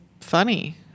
funny